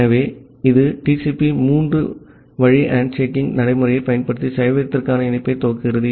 ஆகவே இது TCP மூன்று வழி ஹேண்ட்ஷேக்கிங் நடைமுறையைப் பயன்படுத்தி சேவையகத்திற்கான இணைப்பை துவக்குகிறது